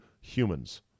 humans